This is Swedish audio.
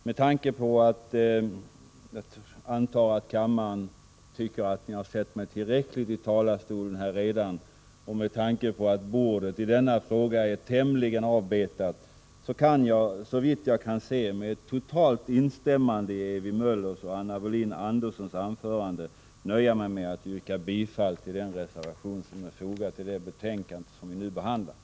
Med tanke på att kammarens ledamöter troligen tycker att de har sett mig tillräckligt mycket i talarstolen och med tanke på att bordet i denna fråga är tämligen avbetat, kan jag med totalt instämmande i Ewy Möllers och Anna Wohlin-Andersson anföranden nöja mig med att yrka bifall till den reservation som är fogad till det betänkande vi nu behandlar.